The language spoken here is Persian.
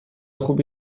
خوبی